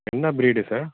என்ன breed sir